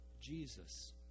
Jesus